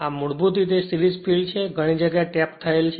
આ મૂળભૂત રીતે સિરીજફીલ્ડ છે અહીં ઘણી જગ્યાએ ટેપ્ડ થયેલ છે